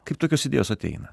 kaip tokios idėjos ateina